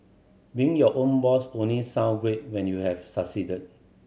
being your own boss only sound great when you have succeeded